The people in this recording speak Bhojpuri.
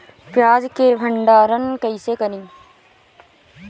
प्याज के भंडारन कईसे करी?